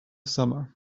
summer